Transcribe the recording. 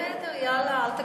בסדר, יאללה, אל תגזים.